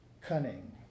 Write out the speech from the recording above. cunning